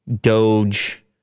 Doge